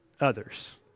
others